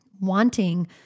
wanting